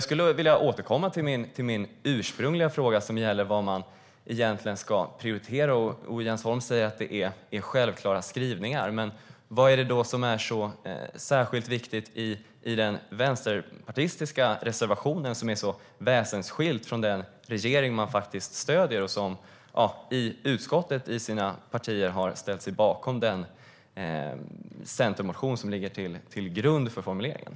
Låt mig återgå till min ursprungliga fråga om vad man ska prioritera. Jens Holm säger att det är självklara skrivningar. Vad är det då i den vänsterpartistiska reservationen som är så väsensskilt från den regering man faktiskt stöder och från den centermotion som ligger till grund för formuleringen som partierna i utskottet har ställt sig bakom?